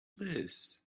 this